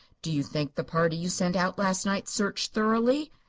do you think the party you sent out last night searched thoroughly?